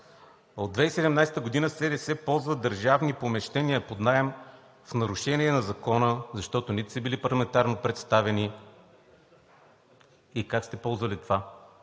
от 2017 г. СДС ползва държавни помещения под наем в нарушение на Закона, защото нито са били парламентарно представени – и как сте ползвали това,